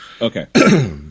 Okay